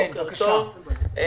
בוקר טוב.